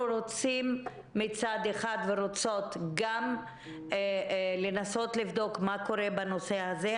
אנחנו רוצים ורוצות מצד אחד גם לנסות לבדוק מה קורה בנושא הזה,